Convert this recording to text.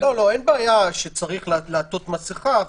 אין בעיה שצריך לעטות מסיכה,